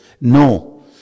No